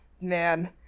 man